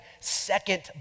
second